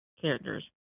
characters